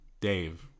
Dave